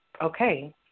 okay